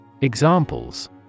Examples